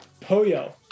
Poyo